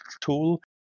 tool